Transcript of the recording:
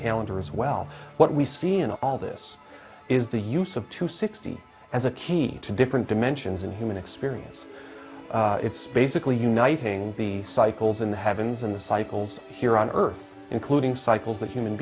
calendar as well what we see in all this is the use of two sixty as a key to different dimensions in human experience it's basically uniting the cycles in the heavens and the cycles here on earth including cycles that human